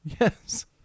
Yes